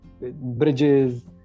bridges